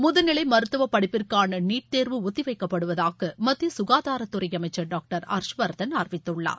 முதுநிலை மருத்துவப்படிப்பிற்கான நீட் தேர்வு ஒத்திவைக்கப்படுவதாக மத்திய சுகாதாரத்துறை அமைச்சர் டாக்டர் ஹர்ஷ்வர்தன் அறிவித்துள்ளார்